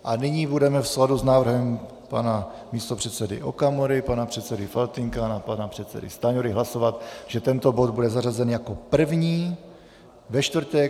A nyní budeme v souladu s návrhem pana místopředsedy Okamury, pana předsedy Faltýnka a pana předsedy Stanjury hlasovat, že tento bod bude zařazen jako první ve čtvrtek 24. 5.